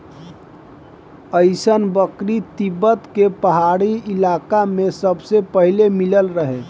अइसन बकरी तिब्बत के पहाड़ी इलाका में सबसे पहिले मिलल रहे